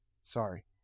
Sorry